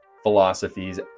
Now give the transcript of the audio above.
philosophies